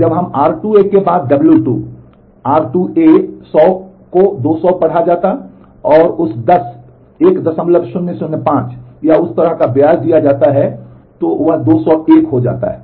तो जब r2 100 को 200 पढ़ा जाता है और उस 10 1005 या उस तरह का ब्याज दिया जाता है तो यह 201 हो जाता है